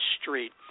street